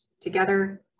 together